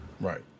Right